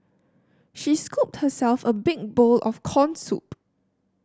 she scooped herself a big bowl of corn soup